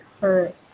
hurt